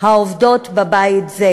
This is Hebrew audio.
העובדות בבית זה.